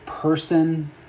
Person